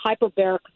hyperbaric